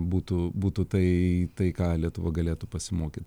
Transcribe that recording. būtų būtų tai tai ką lietuva galėtų pasimokyt